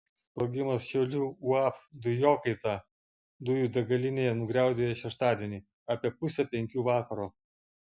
sprogimas šiaulių uab dujokaita dujų degalinėje nugriaudėjo šeštadienį apie pusę penkių vakaro